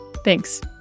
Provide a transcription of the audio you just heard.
Thanks